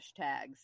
hashtags